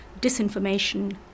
disinformation